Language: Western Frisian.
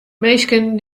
minsken